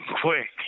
quick